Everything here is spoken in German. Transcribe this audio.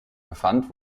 befand